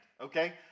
okay